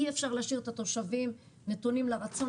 אי-אפשר להשאיר את התושבים נתונים לרצון